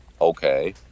okay